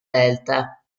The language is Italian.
delta